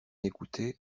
écoutait